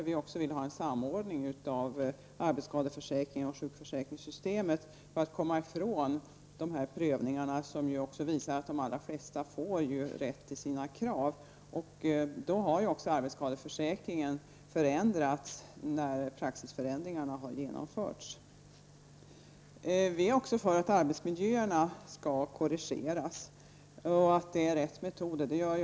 Vi vill ha en samordning av arbetsskadeförsäkringen och sjukförsäkringssystemet för att komma ifrån de här prövningarna, som ju också leder till att den försäkrade i de allra flesta fall får rätt i sina krav. Då har också arbetsskadeförsäkringen förändrats, när praxisförändringarna har genomförts. Vi är också för att arbetsmiljöerna skall korrigeras, för vi anser att det är rätt metod.